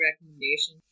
recommendations